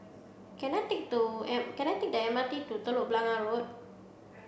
can I take M can I take the M R T to Telok Blangah Road